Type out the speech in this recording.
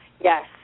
Yes